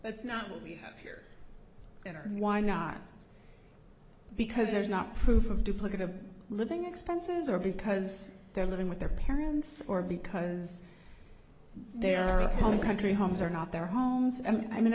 that's not what we have here and why not because there's not proof of duplicative living expenses or because they're living with their parents or because their home country homes are not their homes and i mean